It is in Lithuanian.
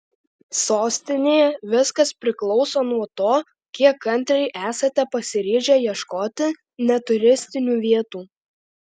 sostinėje viskas priklauso nuo to kiek kantriai esate pasiryžę ieškoti ne turistinių vietų